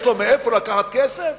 יש לו מאיפה לקחת כסף?